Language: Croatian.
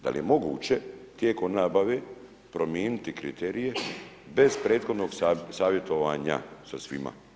Dal je moguće tijekom nabave prominiti kriterije bez prethodnog savjetovanja sa svima.